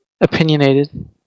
opinionated